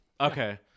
Okay